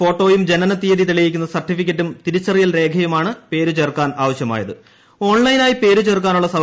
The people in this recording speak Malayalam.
ഫോട്ടോയും ജനനതീയതി തെളിയിക്കുന്ന സർട്ടിഫിക്കറ്റും തിരിച്ചറിയൽ രേഖയുമാണ് പേരുചേർക്കാൻ ഓൺലൈനായി പേരുചേർക്കാനുള്ള ആവശ്യമായത്